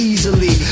Easily